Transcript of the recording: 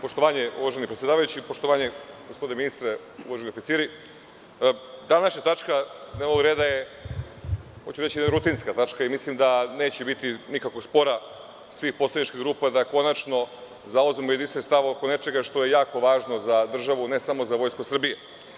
Poštovanje, uvaženi predsedavajući, gospodine ministre, današnja tačka dnevnog reda je rutinska tačka i mislim da neće biti nikakvog spora svih poslaničkih grupa da konačno zauzmemo jedinstven stav oko nečeg što je jako važno za državu, ne samo za Vojsku Srbije.